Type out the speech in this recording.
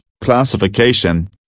classification